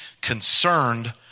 concerned